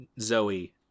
Zoe